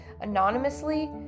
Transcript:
anonymously